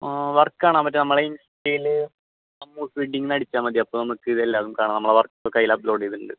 ആ വർക്ക് ആണോ മറ്റേ നമ്മുടെ ഇൻസ്റ്റയിൽ അമ്മൂസ് വെഡിങ്ങ് എന്ന് അടിച്ചാൽ മതി അപ്പോൾ നമുക്ക് ഇതെല്ലാം അതിൽ കാണാം നമ്മുടെ വർക്ക് ഒക്കെ അതിൽ അപ്ലോഡ് ചെയ്തിട്ടുണ്ട്